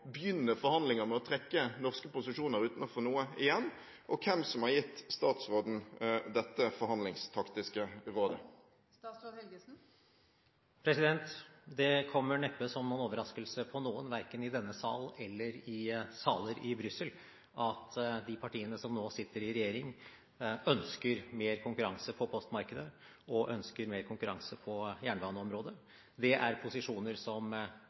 begynne forhandlinger med å trekke norske posisjoner uten å få noe igjen, og hvem som har gitt statsråden dette forhandlingstaktiske rådet. Det kommer neppe som noen overraskelse på noen, verken i denne sal eller i saler i Brussel, at de partiene som nå sitter i regjering, ønsker mer konkurranse på postmarkedet og mer konkurranse på jernbaneområdet. Det er posisjoner som